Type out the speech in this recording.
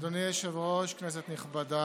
אדוני היושב-ראש, כנסת נכבדה,